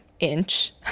inch